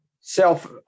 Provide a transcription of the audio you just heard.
self